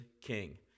King